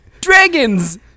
dragons